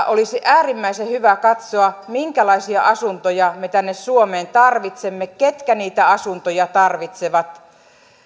olisi äärimmäisen hyvä katsoa minkälaisia asuntoja me tänne suomeen tarvitsemme ketkä niitä asuntoja tarvitsevat